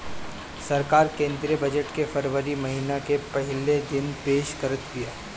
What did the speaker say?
सरकार केंद्रीय बजट के फरवरी महिना के पहिला दिने पेश करत बिया